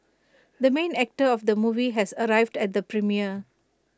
the main actor of the movie has arrived at the premiere